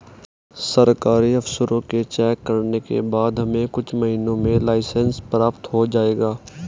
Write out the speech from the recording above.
सरकारी अफसरों के चेक करने के बाद हमें कुछ महीनों में लाइसेंस प्राप्त हो जाएगा